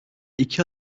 iki